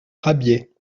rabier